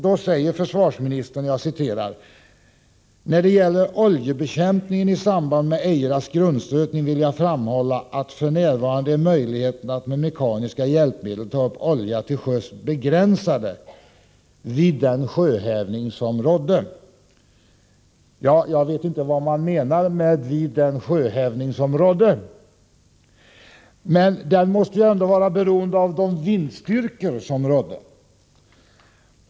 Då säger försvarsministern: ”När det gäller oljebekämpningen i samband med Eiras grundstötning vill jag framhålla att möjligheterna att med mekaniska hjälpmedel ta upp olja till sjöss f.n. är begränsade vid den sjöhävning som rådde”. Jag vet inte vad som menas med ”den sjöhävning som rådde”, men den måste ändå vara beroende av de vindstyrkor som rådde.